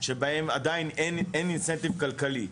שעדיין אין בהם תמריץ כלכלי,